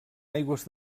aigües